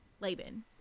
Laban